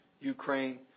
Ukraine